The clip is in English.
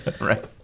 Right